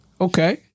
Okay